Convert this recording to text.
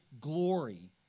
glory